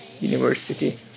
university